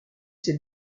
ses